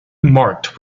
marked